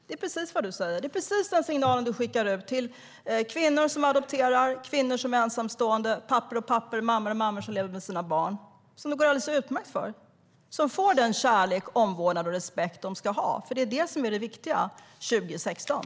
Det är precis vad du säger och den signal som du skickar till kvinnor som adopterar, ensamstående kvinnor, pappor och pappor samt mammor och mammor som lever med sina barn, vilka det går alldeles utmärkt för och som får den kärlek, omvårdnad och respekt de ska ha. Det är det som är det viktiga 2016.